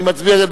אני מצביע,